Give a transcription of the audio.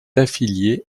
affiliée